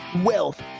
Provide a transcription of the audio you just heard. wealth